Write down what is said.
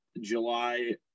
July